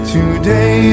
Today